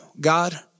God